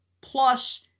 plus